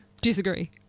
disagree